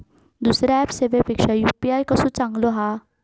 दुसरो ऍप सेवेपेक्षा यू.पी.आय कसो चांगलो हा?